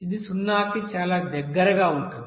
ఇది సున్నాకి చాలా దగ్గరగా ఉంటుంది